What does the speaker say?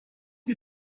you